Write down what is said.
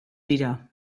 dira